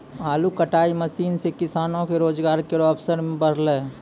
आलू कटाई मसीन सें किसान के रोजगार केरो अवसर बढ़लै